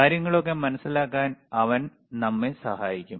കാര്യങ്ങളൊക്കെ മനസ്സിലാക്കാൻ അവൻ നമ്മെ സഹായിക്കും